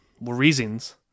reasons